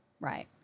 Right